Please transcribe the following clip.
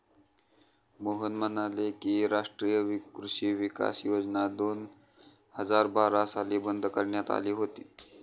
मोहन म्हणाले की, राष्ट्रीय कृषी विकास योजना दोन हजार बारा साली बंद करण्यात आली होती